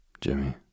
Jimmy